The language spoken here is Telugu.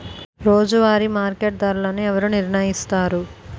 రోజువారి మార్కెట్ ధరలను ఎవరు నిర్ణయిస్తారు?